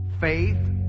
Faith